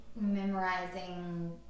memorizing